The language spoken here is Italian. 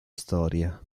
storia